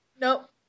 Nope